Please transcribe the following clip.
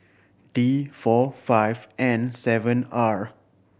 D four five N seven R